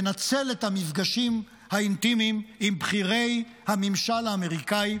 ינצל את המפגשים האינטימיים עם בכירי הממשל האמריקאי,